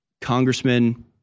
congressman